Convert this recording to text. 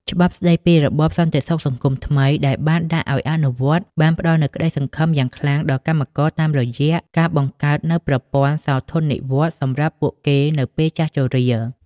ច្បាប់ស្តីពីរបបសន្តិសុខសង្គមថ្មីដែលបានដាក់ឱ្យអនុវត្ត បានផ្តល់នូវក្តីសង្ឃឹមយ៉ាងខ្លាំងដល់កម្មករតាមរយៈការបង្កើតនូវប្រព័ន្ធសោធននិវត្តន៍សម្រាប់ពួកគេនៅពេលចាស់ជរា។